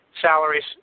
Salaries